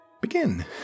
begin